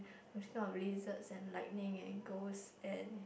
I'm scared of lizards and lightning and ghosts and